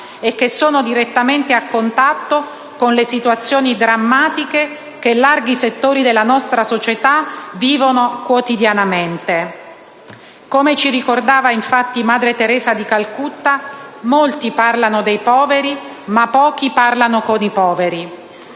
e sono direttamente a contatto con le situazioni drammatiche che larghi settori della nostra società vivono quotidianamente. Come ci ricordava infatti Madre Teresa di Calcutta, «Molti parlano dei poveri, ma pochi parlano con i poveri».